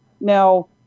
Now